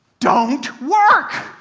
don't work!